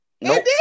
nope